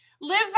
Live